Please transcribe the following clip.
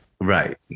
Right